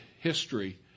history